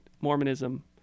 Mormonism